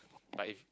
like